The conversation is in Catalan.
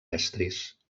estris